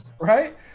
right